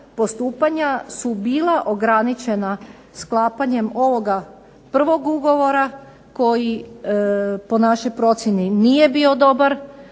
postupanja su bila ograničena sklapanjem ovoga prvog ugovora koji po našoj procjeni nije bio dobar